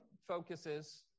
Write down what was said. focuses